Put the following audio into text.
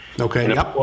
Okay